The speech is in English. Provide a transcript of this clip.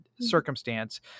circumstance